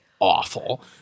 awful